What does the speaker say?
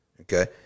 Okay